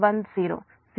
3 p